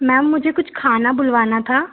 ma'am मुझे कुछ खाना बुलवाना था